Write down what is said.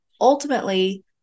ultimately